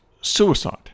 suicide